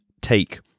take